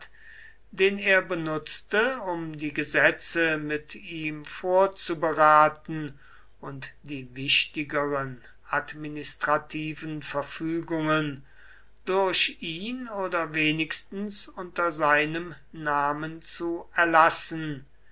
den er benutzte um die gesetze mit ihm vorzuberaten und die wichtigeren administrativer verfügungen durch ihn oder wenigstens unter seinem namen zu erlassen